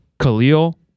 Khalil